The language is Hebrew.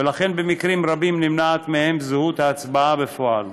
ולכן במקרים רבים נמנעת מהם זכות ההצבעה בפועל.